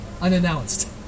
unannounced